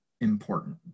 important